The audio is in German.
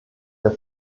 der